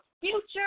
future